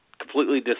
completely